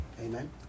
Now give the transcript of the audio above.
Amen